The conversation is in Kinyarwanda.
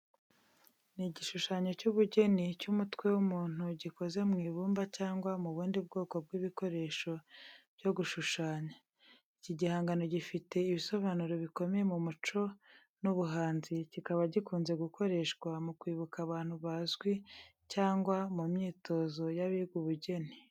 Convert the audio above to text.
Ni igishushanyo cy'ubugeni cy'umutwe w'umuntu gikoze mu ibumba cyangwa mu bundi bwoko bw'ibikoresho byo gushushanya. Iki gihangano gifite ibisobanuro bikomeye mu muco n’ubuhanzi kikaba gikunze gukoreshwa mu kwibuka abantu bazwi cyangwa mu myitozo y’abiga ubugeni.